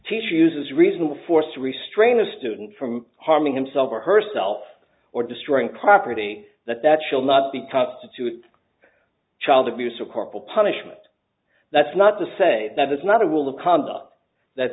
teacher uses reasonable force to restrain a student from harming himself or herself or destroying property that that shall not be constitute child abuse of corporal punishment that's not to say that there's not a rule of conduct that